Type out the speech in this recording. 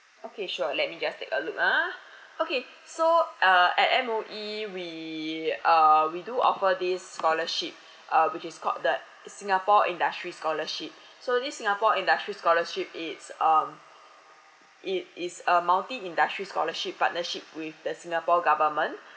okay sure let me just take a look ah okay so uh at M_O_E we uh we do offer this scholarship uh which is called the singapore industry scholarship so this singapore industry scholarship it's um it is a multi industry scholarship partnership with the singapore government